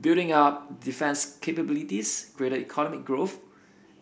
building up defence capabilities greater economic growth